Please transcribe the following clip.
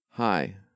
Hi